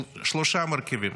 שלושה מרכיבים.